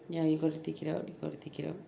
ya you got to take it out you gotta take it out